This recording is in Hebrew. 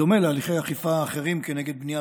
בדומה להליכי האכיפה האחרים נגד בנייה